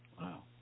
Wow